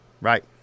Right